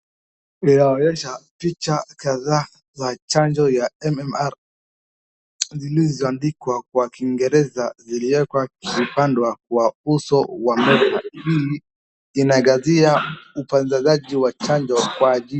Inaonyesha picha kadhaa za chanjo ya MMR zilizoandikwa kwa kiingereza zimeweza kupangwa kwa uso wa meza, hii inaangazia upanganaji wa chanjo kwa ajili.